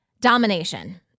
domination